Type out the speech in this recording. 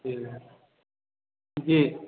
जी जी